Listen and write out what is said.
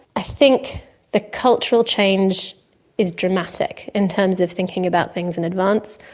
i think the cultural change is dramatic in terms of thinking about things in advance.